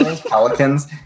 Pelicans